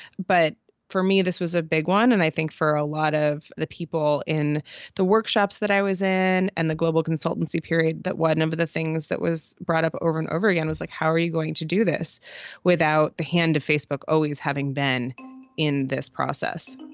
but for me, this was a big one. and i think for a lot of the people in the workshops that i was in and the global consultancy period, that was number, the things that was brought up over and over again was like, how are you going to do this without the hand to facebook? always having been in this process